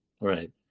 Right